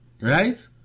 Right